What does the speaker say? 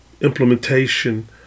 implementation